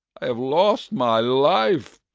i have lost my life!